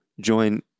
join